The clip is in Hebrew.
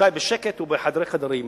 ישי, בשקט ובחדרי חדרים.